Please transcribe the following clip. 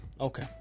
Okay